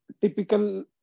typical